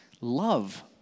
love